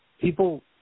people